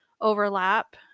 overlap